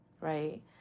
right